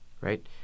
right